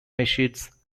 acids